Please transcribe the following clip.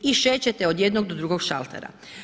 I šećete od jednog drugog šaltera.